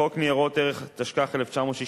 חוק ניירות ערך, התשכ"ח 1968,